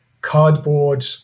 cardboard